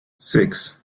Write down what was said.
six